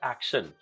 Action